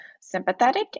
sympathetic